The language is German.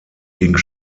ging